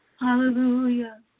Hallelujah